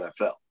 NFL